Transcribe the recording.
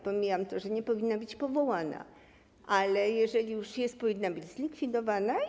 Pomijam to, że nie powinna być powołana, ale jeżeli już jest, powinna być zlikwidowana.